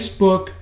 Facebook